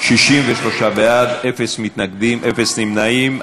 63 בעד, אין מתנגדים, אין נמנעים.